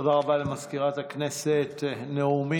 התשפ"ב 2021, מאת חברות הכנסת אמילי